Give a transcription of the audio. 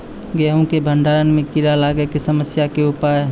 गेहूँ के भंडारण मे कीड़ा लागय के समस्या के उपाय?